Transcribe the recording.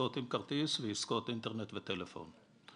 עסקות עם כרטיס, ועסקות אינטרנט וטלפון.